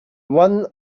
one